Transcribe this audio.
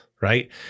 right